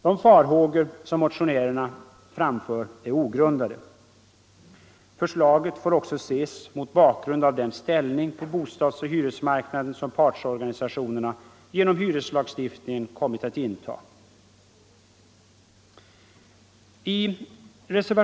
De farhågor som motionärerna framför är ogrundade. Förslaget får också ses mot bakgrund av den ställning på bostadsoch hyresmarknaden som partsorganisationerna genom hyreslagstiftningen kommit att inta.